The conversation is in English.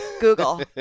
Google